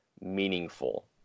meaningful